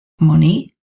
Money